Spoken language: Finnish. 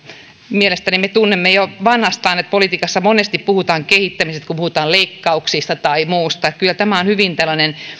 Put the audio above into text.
mielestäni me tunnemme jo vanhastaan että politiikassa monesti puhutaan kehittämisestä kun puhutaan leikkauksista tai muusta ja kyllä tämä on hyvin tällainen